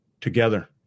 together